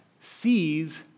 sees